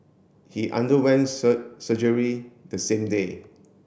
he underwent surgery the same day